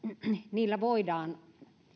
niillä voidaan